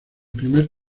primer